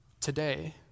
Today